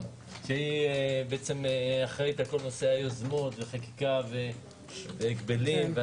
שאחראית על כל היוזמות והחקיקה והגבלים.